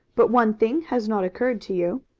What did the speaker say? but one thing has not occurred to you.